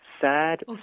Sad